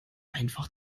einfach